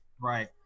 Right